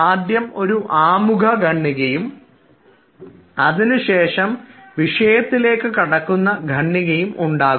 ആദ്യം ഒരു ആമുഖ ഖണ്ഡികയും അതിനുശേഷം വിഷയത്തിലേക്ക് കടക്കുന്ന ഖണ്ഡികയും ഉണ്ടാകും